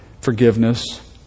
forgiveness